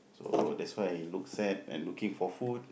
so that's why look sad and looking for food